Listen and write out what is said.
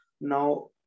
Now